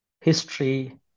history